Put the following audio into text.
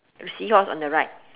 seahorse on the right